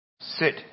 Sit